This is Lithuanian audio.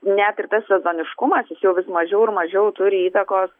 net ir tas sezoniškumas jis jau vis mažiau ir mažiau turi įtakos